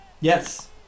Yes